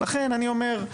לכן אני אומר,